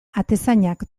atezainak